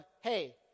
hey